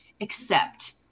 accept